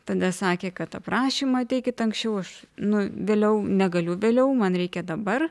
tada sakė kad tą prašymą teikit anksčiau aš nu vėliau negaliu vėliau man reikia dabar